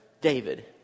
David